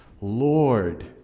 Lord